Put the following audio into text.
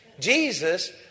Jesus